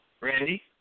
Randy